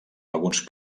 alguns